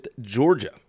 Georgia